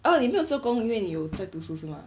oh 你没有做工因为你有在读书是吗